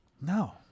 No